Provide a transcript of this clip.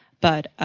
but,